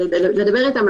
לדבר איתם,